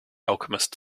alchemist